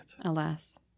Alas